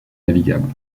navigable